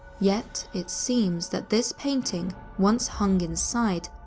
yet, it seems that this painting, once hung inside,